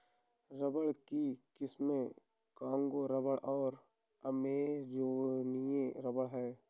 rubber की किस्में Congo rubber और अमेजोनियन रबर हैं